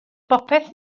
bopeth